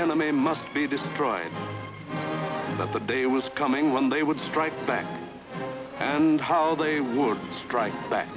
enemy must be destroyed that the day was coming when they would strike back and how they would strike back